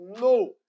No